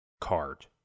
card